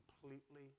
completely